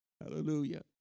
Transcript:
Hallelujah